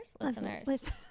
listeners